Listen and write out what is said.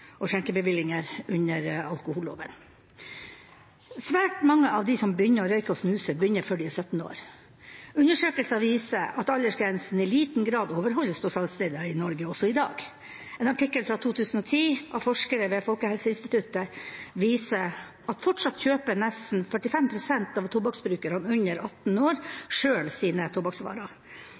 og skjenkebevillinger etter alkoholloven. Svært mange av dem som begynner å røyke og snuse, begynner før de er 17 år. Undersøkelser viser at aldersgrensen i liten grad overholdes på salgssteder i Norge også i dag. En artikkel fra 2010 av forskere ved Folkehelseinstituttet viser at fortsatt kjøper nesten 45 pst. av tobakksbrukerne under 18 år sjøl sine tobakksvarer.